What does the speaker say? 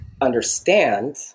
understand